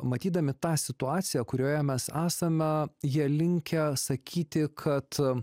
matydami tą situaciją kurioje mes esame jie linkę sakyti kad